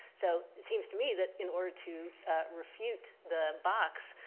so, it seems to me that in order to refute the box,